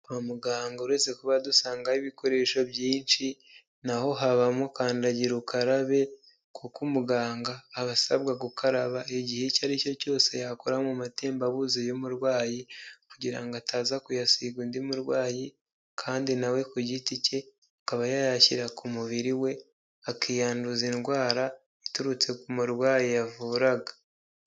Kwa muganga uretse kuba dusangayo ibikoresho byinshi, na ho habamo kandagira ukarabe kuko umuganga aba asabwa gukaraba igihe icyo ari cyo cyose yakora mu matembabuzi y'umurwayi kugira ngo ataza kuyasiga undi murwayi kandi na we ku giti cye akaba yayashyira ku mubiri we, akiyanduza indwara iturutse ku murwayi yavuraga.